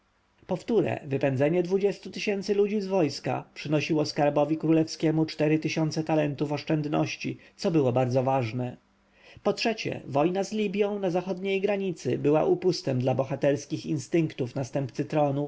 powtóre wypędzenie dwudziestu tysięcy ludzi z wojska przynosiło skarbowi królewskiemu cztery tysiące talentów oszczędności co było bardzo ważne po trzecie wojna z libją na zachodniej granicy była upustem dla bohaterskich instynktów następcy tronu